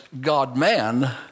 God-man